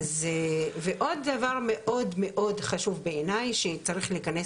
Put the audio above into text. ועוד דבר מאוד חשוב בעיני שצריך להיכנס